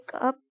up